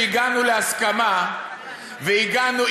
שהגענו להסכמה עליו,